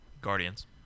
Guardians